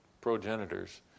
progenitors